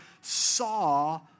saw